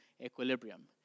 equilibrium